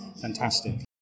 Fantastic